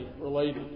related